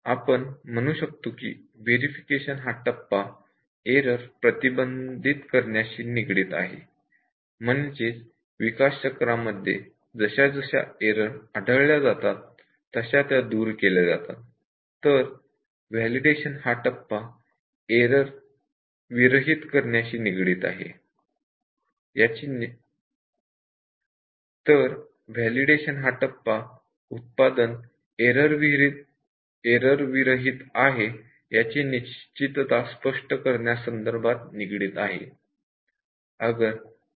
आपण म्हणू शकतो की व्हेरिफिकेशन हा टप्पा एरर प्रतिबंधित करण्याशी निगडीत आहे म्हणजेच डेव्हलपमेंट सायकल मध्ये जशा जशा एरर आढळल्या जातात तशा त्या दूर केल्या जातात तर व्हॅलिडेशन हा टप्पा उत्पादन एरर विरहित आहे याची निश्चितता स्पष्ट करण्यासंदर्भात निगडित आहे